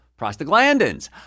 prostaglandins